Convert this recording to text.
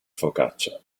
focaccia